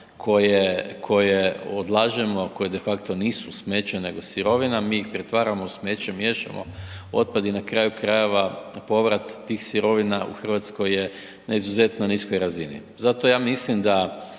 koje odlažemo, koje defakto nisu smeće nego sirovina, mi ih pretvaramo u smeće, miješamo otpad i na kraju krajeva povrat tih sirovina u RH je na izuzetno niskoj razini. Zato ja mislim da